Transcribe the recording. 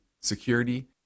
security